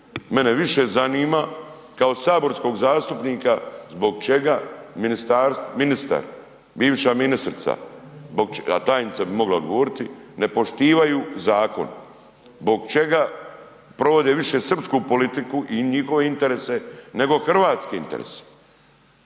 Mene više zanima kao saborskog zastupnika zbog čega ministar, bivša ministrica, a tajnica bi mogla odgovoriti, ne poštivaju zakon, zbog čega provode više srpsku politiku i njihove interese, nego hrvatske interese?